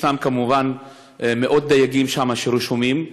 יש כמובן מאות דייגים רשומים שם.